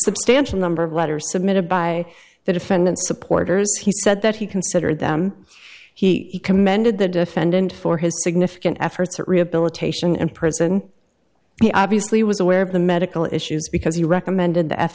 substantial number of letters submitted by the defendant supporters he said that he considered them he commended the defendant for his significant efforts at rehabilitation and prison he obviously was aware of the medical issues because he recommended the f